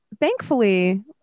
thankfully